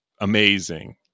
amazing